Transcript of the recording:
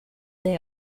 they